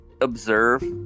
observe